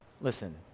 listen